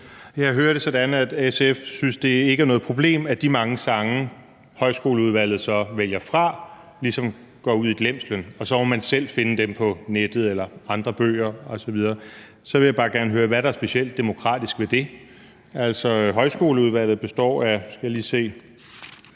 Jeg hører det sådan, at SF synes, det ikke er noget problem, at de mange sange, som Højskoleudvalget så vælger fra, ligesom går ud i glemslen, og så må man selv finde dem på nettet eller i andre bøger osv. Så vil jeg bare gerne høre: Hvad er der specielt demokratisk ved det? Altså, Højskoleudvalget består af otte mennesker.